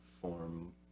form